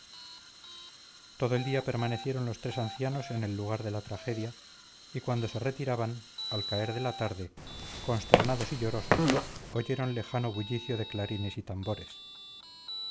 todo el día permanecieron los tres ancianos en el lugar de la tragedia y cuando se retiraban al caer de la tarde consternados y llorosos oyeron lejano bullicio de clarines y tambores